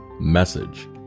message